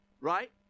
Right